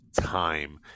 time